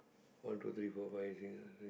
one two three four five six